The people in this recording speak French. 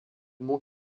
mont